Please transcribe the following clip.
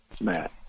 Matt